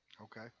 Okay